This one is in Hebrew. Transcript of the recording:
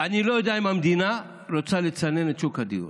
אני לא יודע אם המדינה רוצה לצנן את שוק הדיור.